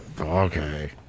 Okay